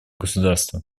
государства